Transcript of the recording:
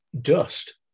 dust